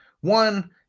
one